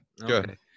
Good